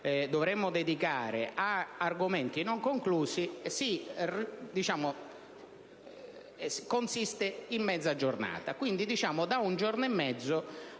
dovremmo dedicare ad argomenti non conclusi consiste in mezza giornata. Quindi, da un giorno e mezzo